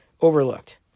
overlooked